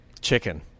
Chicken